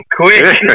quick